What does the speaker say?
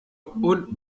und